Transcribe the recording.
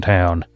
Town